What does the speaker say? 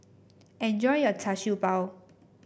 enjoy your Char Siew Bao